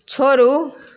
छोड़ू